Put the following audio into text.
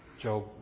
Job